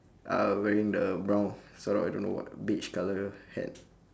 uh wearing the brown sort of I don't know what beige colour hat